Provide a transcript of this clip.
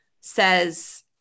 says